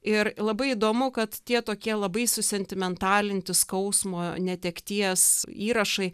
ir labai įdomu kad tie tokie labai susentimentalinti skausmo netekties įrašai